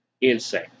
insane